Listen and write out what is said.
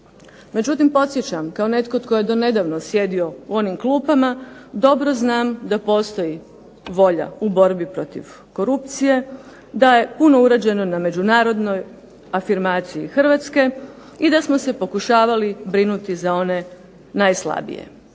Međutim podsjećam kao netko tko je donedavno sjedio u onim klupama, dobro znam da postoji volja u borbi protiv korupcije, da je puno uređeno na međunarodnoj afirmaciji Hrvatske, i da smo se pokušavali brinuti za one najslabije.